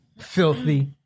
filthy